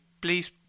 please